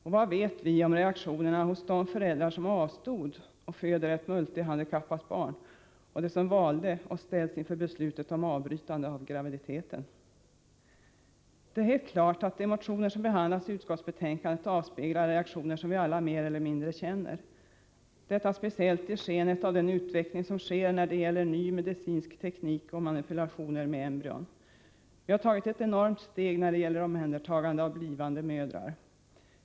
Och vad vet vi om reaktionerna hos de föräldrar som avstod och föder ett multihandikappat barn och hos dem som valde och ställs inför beslutet om avbrytande av graviditeten. Det är helt klart att de motioner som behandlas i utskottsbetänkandet avspeglar reaktioner som vi alla mer eller mindre känner. Detta speciellt i skenet av den utveckling som sker när det gäller ny medicinsk teknik och manipulationer med embryon. Vi har tagit ett enormt steg när det gäller omhändertagande av blivande mödrar.